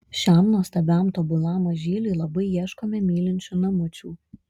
šiam nuostabiam tobulam mažyliui labai ieškome mylinčių namučių